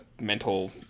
mental